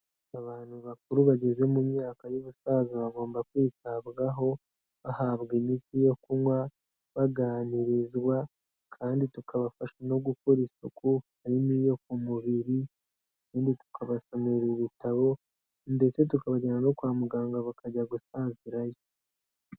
Abantu bakuru bageze mu myaka y'ubusaza bagomba kwitabwaho bahabwa imiti yo kunywa, baganirizwa kandi tukabafasha no gukora isuku, harimo iyo ku mubiri ubundi tukabasomerara ibitabo ndetse tukabajyana no kwa muganga bakajya gusazirayo.